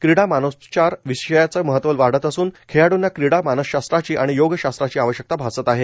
क्रीडा मानसोपचार विषयाचे महत्व वाढत असून खेळाडूंना स्पोर्ट्स मानसशास्त्राची आणि योगशास्त्राची आवश्यकता भासत आहे